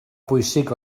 bwysig